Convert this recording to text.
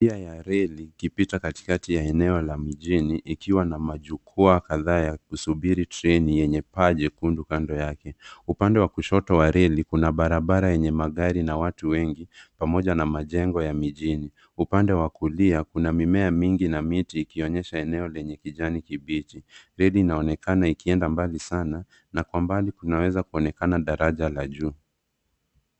Njia ya reli ikipita katikati ya eneo la mijini ikiwa na majukwaa kadhaa ya kusubiri treni yenye paa jekundu kando yake. Upande wa kushoto wa reli kuna barabara yenye magari na watu wengi pamoja na majengo ya mijini. Upande wa kulia kuna mimea mingi na miti ikionyesha eneo lenye kijani kibichi. Reli inaonekana ikienda mbali sana na kwa mbali kunaweza kuonekana daraja la juu.